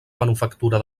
manufactura